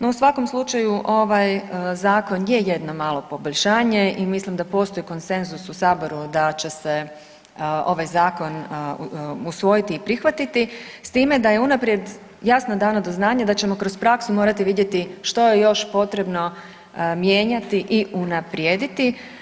No, u svakom slučaju ovaj zakon je jedno malo poboljšanje i mislim da postoji konsenzus u saboru da će se ovaj zakon usvojiti i prihvatiti s time da je unaprijed jasno dano do znanja da ćemo kroz praksu morati vidjeti što je još potrebno mijenjati i unaprijediti.